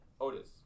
Otis